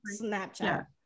snapchat